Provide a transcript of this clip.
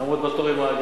לראותם מפוצצים באנשים.